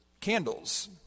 Candles